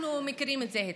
אנחנו מכירים את זה היטב.